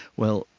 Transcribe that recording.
well,